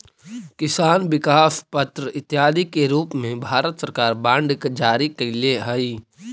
किसान विकास पत्र इत्यादि के रूप में भारत सरकार बांड जारी कैले हइ